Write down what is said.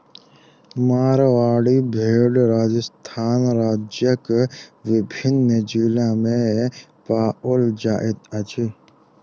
मारवाड़ी भेड़ राजस्थान राज्यक विभिन्न जिला मे पाओल जाइत अछि